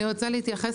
אני רוצה להתייחס